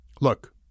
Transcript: Look